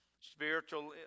Spiritual